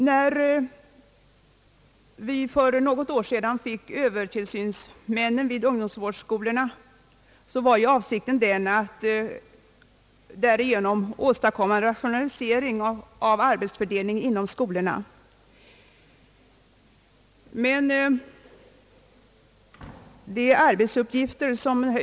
När vi för något år sedan fick övertillsynsmän vid ungdomsvårdsskolorna var avsikten att därigenom åstadkomma en rationalisering av arbetsfördelningen inom skolorna.